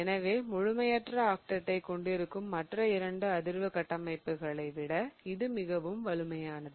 எனவே முழுமையற்ற ஆக்டெட்டைக் கொண்டிருக்கும் மற்ற இரண்டு அதிர்வு கட்டமைப்புகளை விட இது மிகவும் நிலையானது